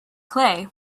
clay